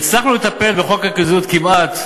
הצלחנו לטפל בחוק הריכוזיות, כמעט,